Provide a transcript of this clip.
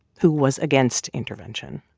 who was against intervention.